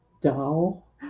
doll